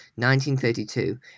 1932